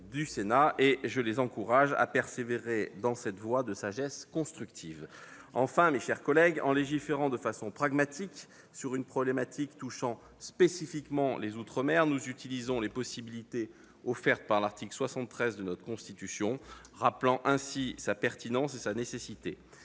du Sénat, et je les encourage à persévérer dans cette voie de sagesse constructive. Enfin, mes chers collègues, en légiférant de façon pragmatique sur une problématique touchant spécifiquement les outre-mer, nous utilisons les possibilités offertes par l'article 73 de notre Constitution, rappelant ainsi sa pertinence et sa nécessité.